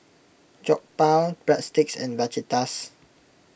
Jokbal Breadsticks and Fajitas